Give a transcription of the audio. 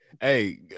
Hey